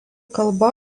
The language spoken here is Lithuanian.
kalba